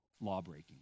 law-breaking